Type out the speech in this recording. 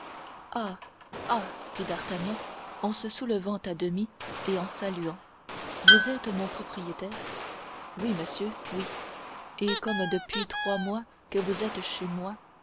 fit d'artagnan en se soulevant à demi et en saluant vous êtes mon propriétaire oui monsieur oui et comme depuis trois mois que vous êtes chez moi